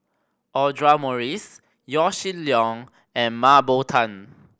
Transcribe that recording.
Audra Morrice Yaw Shin Leong and Mah Bow Tan